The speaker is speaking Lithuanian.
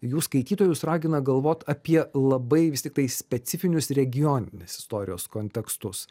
jų skaitytojus ragina galvot apie labai vis tiktai specifinius regioninės istorijos kontekstus